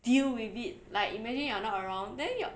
deal with it like imagine you're not around then your